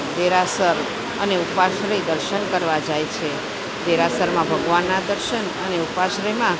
દેરાસર અને ઉપાશ્રય દર્શન કરવા જાય છે દેરાસરમાં ભગવાનના દર્શન અને ઉપાશ્રયમાં